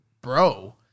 bro